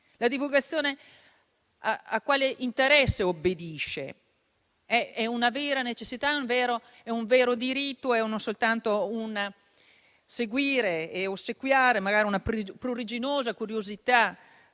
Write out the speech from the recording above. divulgazione. A quale interesse obbedisce? È una vera necessità? È un vero diritto? O è soltanto un seguire, un ossequiare una pruriginosa curiosità